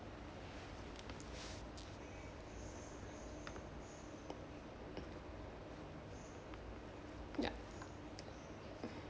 ya